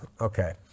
okay